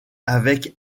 avec